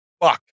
Fuck